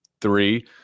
three